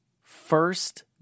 first